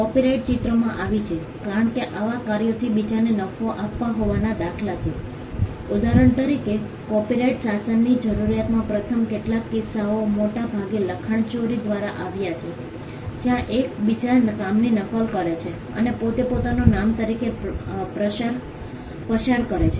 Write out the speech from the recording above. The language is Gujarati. કોપિરાઇટ ચિત્રમાં આવી છે કારણ કે આવાં કાર્યોથી બીજાને નફો આપતા હોવાના દાખલા છે ઉદાહરણ તરીકે કોપિરાઇટ શાસનની જરૂરિયાતનાં પ્રથમ કેટલાક કિસ્સાઓ મોટાભાગે લખાણ ચોરી દ્વારા આવ્યા છે જ્યાં એક બીજા કામની નકલ કરે છે અને તેને પોતાનું કામ તરીકે પસાર કરે છે